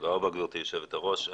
תודה רבה, גברתי יושבת הראש.